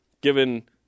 Given